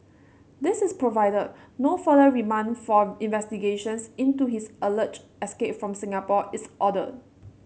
this is provided no further remand for investigations into his alleged escape from Singapore is ordered